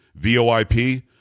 VOIP